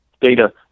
data